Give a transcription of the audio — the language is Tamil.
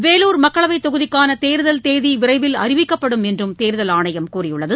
வேலூர் மக்களவைத் தொகுதிக்கான தேர்தல் தேதி விரைவில் அறிவிக்கப்படும் என்றும் தேர்தல் ஆணையம் கூறியுள்ளது